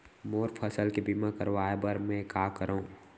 मोर फसल के बीमा करवाये बर में का करंव?